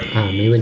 ah 没问题